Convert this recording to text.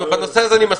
אריאל לומר: